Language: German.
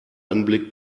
anblick